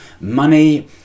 money